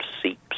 seeps